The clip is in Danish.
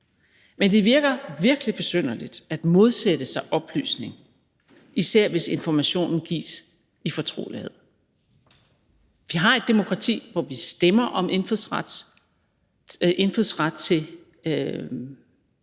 Men det virker virkelig besynderligt at modsætte sig oplysning, især hvis informationen gives i fortrolighed. Vi har et demokrati, hvor vi stemmer om at give indfødsret